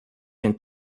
been